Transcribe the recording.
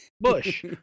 bush